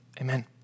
Amen